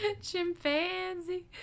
Chimpanzee